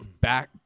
Back